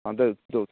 ହଁ ଦେଉଛି ଦେଉଛି